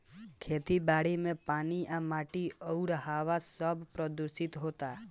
खेती बारी मे पानी आ माटी अउरी हवा सब प्रदूशीत होता